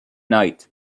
night